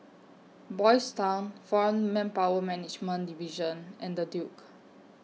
Boys' Town Foreign Manpower Management Division and The Duke